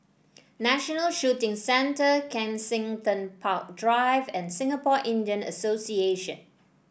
National Shooting Centre Kensington Park Drive and Singapore Indian Association